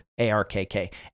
ARKK